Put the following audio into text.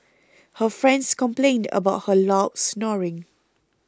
her friends complained about her loud snoring